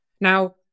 Now